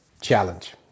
challenge